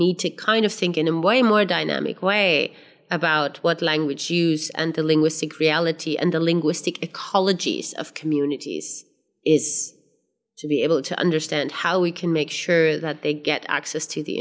need to kind of think in a way more dynamic way about what language use and the linguistic reality and the linguistic ecologies of communities is to be able to understand how we can make sure that they get access to the